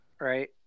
Right